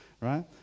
Right